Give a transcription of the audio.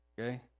okay